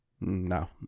No